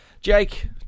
Jake